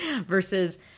versus